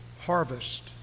harvest